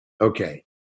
Okay